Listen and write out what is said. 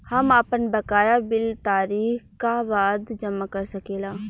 हम आपन बकाया बिल तारीख क बाद जमा कर सकेला?